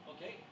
Okay